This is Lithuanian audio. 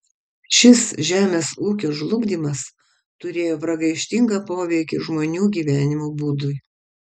šis žemės ūkio žlugdymas turėjo pragaištingą poveikį žmonių gyvenimo būdui